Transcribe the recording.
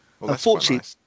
unfortunately